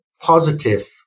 positive